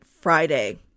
Friday